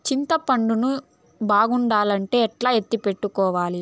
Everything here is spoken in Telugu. చింతపండు ను బాగుండాలంటే ఎట్లా ఎత్తిపెట్టుకోవాలి?